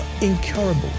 Incurable